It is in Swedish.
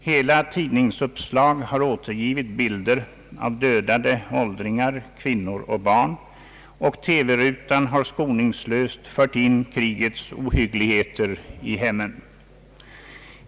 Hela tidningsuppslag har återgivit bilder av dödade åldringar, kvinnor och barn och TV-rutan har skoningslöst fört in krigets ohyggligheter i hemmen.